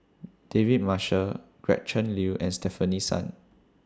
David Marshall Gretchen Liu and Stefanie Sun